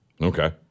Okay